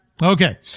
Okay